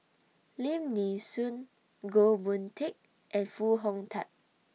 Lim Nee Soon Goh Boon Teck and Foo Hong Tatt